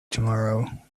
tomorrow